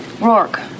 Rourke